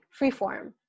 freeform